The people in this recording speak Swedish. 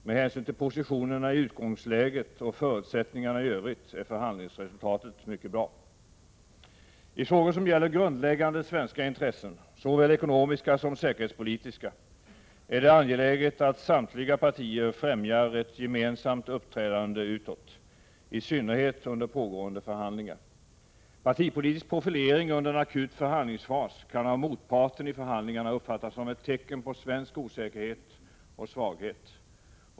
Med hänsyn till positionerna i utgångsläget och förutsättningarna i övrigt är förhandlingsresultatet mycket bra. I frågor som gäller grundläggande svenska intressen — såväl ekonomiska som säkerhetspolitiska — är det angeläget att samtliga partier främjar ett gemensamt uppträdande utåt, i synnerhet under pågående förhandlingar. Partipolitisk profilering under en akut förhandlingsfas kan av motparten i förhandlingarna uppfattas som ett tecken på svensk osäkerhet och svaghet.